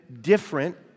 different